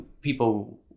people